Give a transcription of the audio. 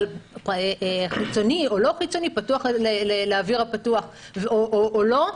אבל החיצוני או לא חיצוני פתוח לאוויר הפתוח או לא,